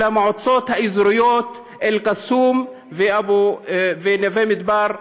של המועצות האזוריות אל קסום ונווה מדבר,